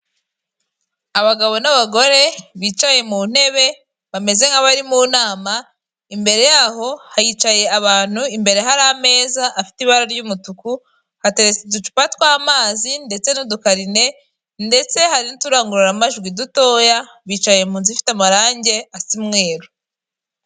Abagabo n'abagore bicaye mu ntebe bameze nk'abari mu nama, imbere yaho hayicaye abantu imbere hari ameza afite ibara ry'umutuku hateretse uducupa tw'amazi ndetse n'udukarine, ndetse hari n'uturangururamajwi dutoya bicaye mu nzu ifite amarangi asa umweru.